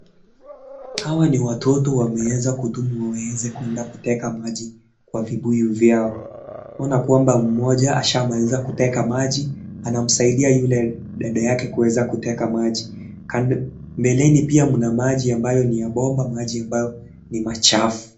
Hawa ni watoto wameweza kutumwa waweze kuenda kuteka maji kwa vibuyu vyao. Tunaona kwamba mmoja ashamaliza kuteka maji anamsaidia yule dada yake kuweza kuteka maji. Mbeleni pia mna maji ambayo ni ya bomba maji ambayo ni machafu.